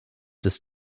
des